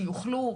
שיוכלו,